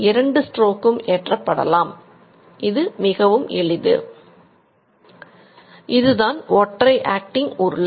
இதுதான் ஒற்றை ஆக்டிங் உருளை